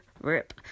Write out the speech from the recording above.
rip